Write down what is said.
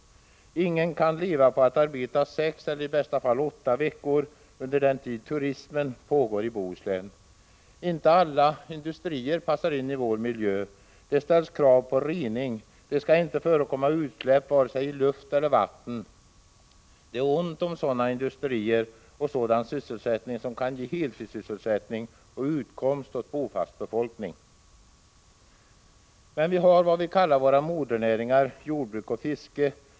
Ingen kan leva på att arbeta sex eller i bästa fall åtta veckor under den tid turismen pågår i Bohuslän. Inte alla industrier passar in i vår miljö. Det ställs krav på rening. Det skall inte förekomma utsläpp i vare sig luft eller vatten. Det är ont om sådana industrier och sådan sysselsättning som kan ge heltidsarbete och utkomst åt bofast befolkning. Men vi har vad vi kallar våra modernäringar, jordbruk och fiske.